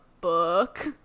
book